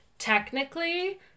Technically